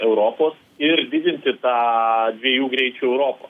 europos ir didinti tą dviejų greičių europą